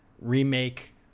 remake